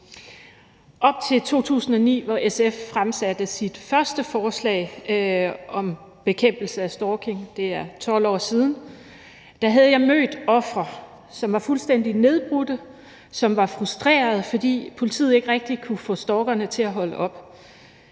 Op til 2009, hvor SF fremsatte sit første forslag om bekæmpelse af stalking – det er 12 år siden – havde jeg mødt ofre, som var fuldstændig nedbrudte, og som var frustrerede, fordi politiet ikke rigtig kunne få stalkerne til at holde op.